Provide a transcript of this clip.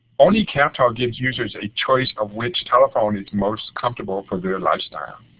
only captel gives users a choice of which telephone is most comfortable for their lifestyle.